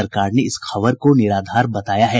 सरकार ने इस खबर को निराधार बताया है